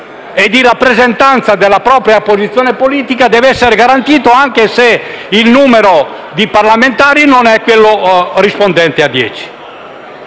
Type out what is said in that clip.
e di rappresentanza della propria posizione politica deve essere garantito anche se il numero di parlamentari non è quello rispondente a